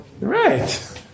Right